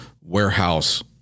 warehouse